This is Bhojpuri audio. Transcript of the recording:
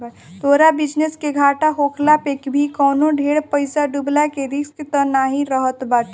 तोहरी बिजनेस के घाटा होखला पअ भी कवनो ढेर पईसा डूबला के रिस्क तअ नाइ रहत बाटे